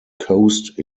coast